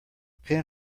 pen